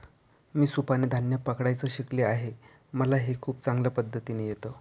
मी सुपाने धान्य पकडायचं शिकले आहे मला हे खूप चांगल्या पद्धतीने येत